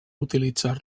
utilitzar